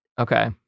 Okay